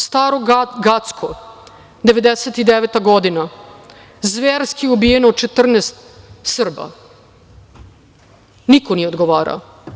Staro Gacko, 1999. godina zverski ubijeno 14 Srba, niko nije odgovarao.